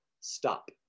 stop